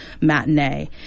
Matinee